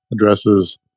addresses